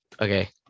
Okay